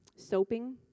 Soaping